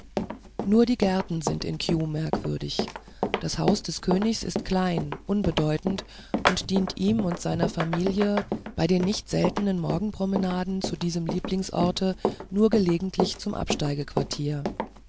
nur die gärten sind in kew merkwürdig das haus des königs ist klein unbedeutend und dient ihm und seiner familie bei den nicht seltenen morgenpromenaden zu diesem lieblingsorte nur gelegentlich zum